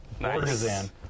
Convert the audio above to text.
Nice